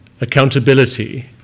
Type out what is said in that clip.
Accountability